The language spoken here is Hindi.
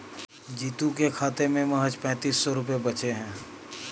जीतू के खाते में महज पैंतीस सौ रुपए बचे हैं